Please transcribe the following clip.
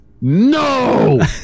no